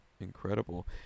incredible